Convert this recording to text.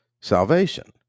salvation